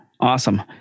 Awesome